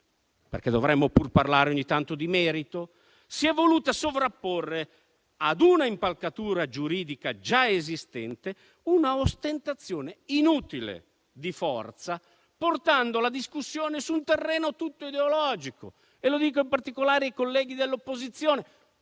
di cui dovremmo pur parlare ogni tanto, si è voluta sovrapporre a un'impalcatura giuridica già esistente un'inutile ostentazione di forza, portando la discussione su un terreno tutto ideologico. Lo dico in particolare ai colleghi dell'opposizione: